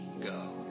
go